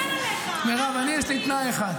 ואני מוכן גם שעוד שר שלי יתפטר בנורבגי,